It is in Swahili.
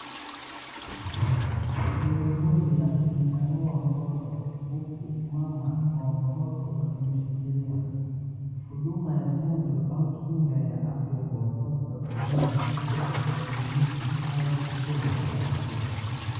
Muuguzi akimchanua mtoto huku mama wa mtoto akimshikilia. Huduma ya chanjo au kinga ya afya kwa watoto huenda katika kliniki au kituo cha afya.